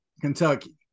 Kentucky